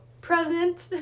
present